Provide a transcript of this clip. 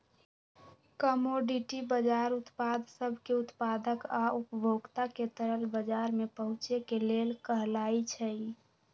commodity बजार उत्पाद सब के उत्पादक आ उपभोक्ता के तरल बजार में पहुचे के लेल कहलाई छई